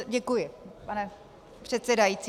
Děkuji, pane předsedající.